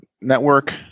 Network